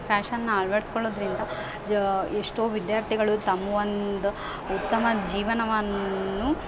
fashion ಅಳ್ವಡಿಸ್ಕೊಳ್ಳೋದ್ರಿಂದ ಎಷ್ಟೋ ವಿದ್ಯಾರ್ಥಿಗಳು ತಮ್ಮಒಂದ್ ಉತ್ತಮ ಜೀವನವನ್ನು